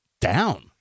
down